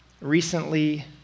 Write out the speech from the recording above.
recently